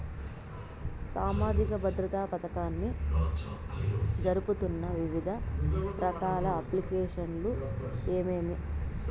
సామాజిక భద్రత పథకాన్ని జరుపుతున్న వివిధ రకాల అప్లికేషన్లు ఏమేమి?